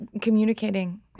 communicating